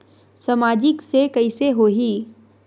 सामाजिक से कइसे होही?